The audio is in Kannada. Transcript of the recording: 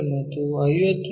ಮತ್ತು 50 ಮಿ